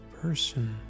person